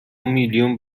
میلیون